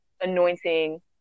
anointing